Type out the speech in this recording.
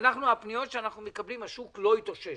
שלפי הפניות שאנחנו מקבלים השוק לא התאושש